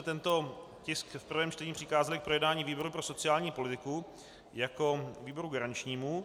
Tento tisk jsme v prvém čtení přikázali k projednání výboru pro sociální politiku jako výboru garančnímu.